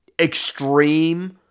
extreme